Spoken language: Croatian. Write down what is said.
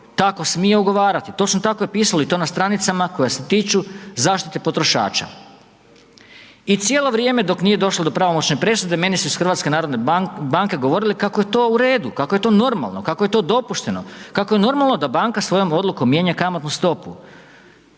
tako smije ugovarati. Točno tako je pisalo i to na stranicama koje se tiču zaštite potrošača. I cijelo vrijeme dok nije došlo do pravomoćne presude, meni su iz HNB-a govorili kako je to u redu, kako je to normalno, kako je to dopušteno, kako je normalno da banka svojom odlukom mijenja kamatnu stopu.